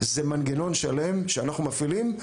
זה מנגנון שאנחנו מפעילים עליהם,